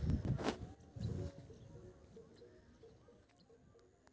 एकर उद्देश्य उद्योगक विकेंद्रीकरण कें प्रोत्साहित करनाय होइ छै